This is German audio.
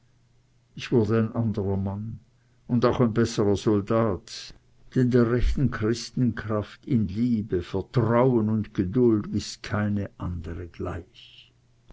ich wurde ein anderer mann und auch ein besserer soldat denn der rechten christenkraft in liebe vertrauen und geduld ist keine andere gleich